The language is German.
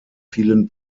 vielen